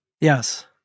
Yes